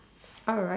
alright